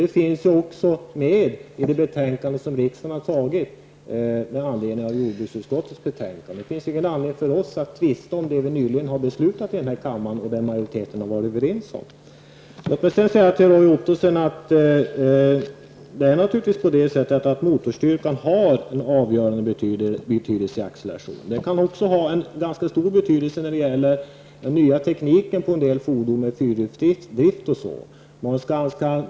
Det finns med i det beslut som riksdagen fattade med anledning av jordbruksutskottets betänkande nyss. Det finns ingen anledning för oss att tvista om något som vi nyligen har fattat beslut om och där majoriteten var överens. Sedan vill jag till Roy Ottosson säga att motorstyrkan naturligtvis har en avgörande betydelse för accelerationen. De kan också vara av ganska stor betydelse när det gäller nya tekniker på en del fordon med fyrhjulsdrift o.d.